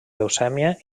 leucèmia